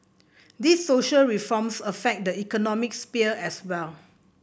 these social reforms affect the economic sphere as well